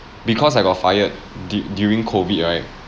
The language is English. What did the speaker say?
because I got fired du~ during COVID right